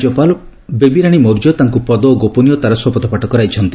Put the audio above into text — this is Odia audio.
ରାଜ୍ୟପାଳ ବେବୀରାଣୀ ମୌର୍ଯ୍ୟ ତାଙ୍କୁ ପଦ ଓ ଗୋପନୀୟତାର ଶପଥପାଠ କରାଇଛନ୍ତି